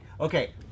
Okay